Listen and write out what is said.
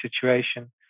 situation